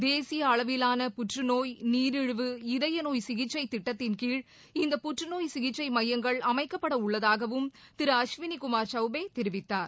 தேசிய அளவிவான புற்றுநோய் நீரழிவு இதயநோய் சிகிச்சை திட்டத்தின்கீழ் இந்த புற்றுநோய் சிகிச்சை மையங்கள் அமைக்கப்படவுள்ளதாகவும் திரு அஸ்வினி குமார் சௌபே தெரிவித்தார்